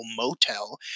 motel